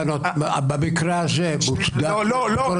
במקרה הזה מוצדק --- לא, לא,